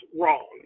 wrong